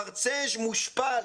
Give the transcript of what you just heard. מרצה מושפל